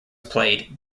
played